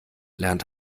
lernt